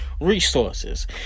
resources